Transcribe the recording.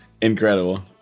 Incredible